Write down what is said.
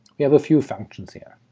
we have a few functions here.